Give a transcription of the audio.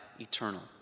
eternal